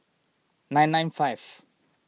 nine nine five